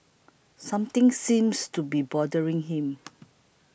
something seems to be bothering him